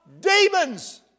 Demons